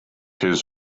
his